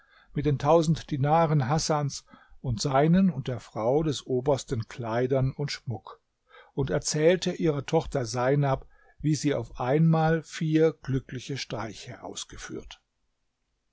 mit den tausend dinaren hasans und seinen und der frau des obersten kleidern und schmuck und erzählte ihrer tochter seinab wie sie auf einmal vier glückliche streiche ausgeführt